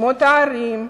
שמות ערים,